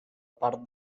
part